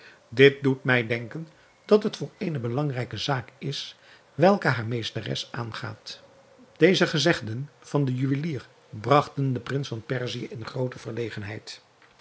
dit doet mij denken dat het voor eene belangrijke zaak is welke hare meesteres aangaat deze gezegden van den juwelier bragten den prins van perzië in groote verlegenheid